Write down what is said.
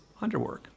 underwork